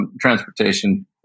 transportation